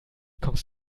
kommst